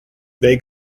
they